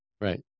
right